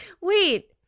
Wait